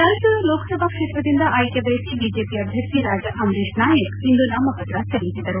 ರಾಯಚೂರು ಲೋಕಸಭಾ ಕ್ಷೇತ್ರದಿಂದ ಆಯ್ಕೆ ಬಯಸಿ ಬಿಜೆಪಿ ಅಭ್ಯರ್ಥಿ ರಾಜಾ ಅಮರೇಶ ನಾಯಕ್ ಇಂದು ನಾಮಪತ್ರ ಸಲ್ಲಿಸಿದರು